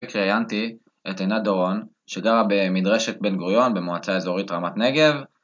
ראיינתי את עינת דורון שגרה במדרשת בן גוריון במועצה אזורית רמת נגב